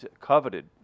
coveted